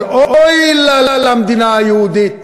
אבל אוי לה למדינה היהודית